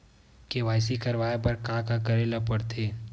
KYC करवाय बर का का करे ल पड़थे?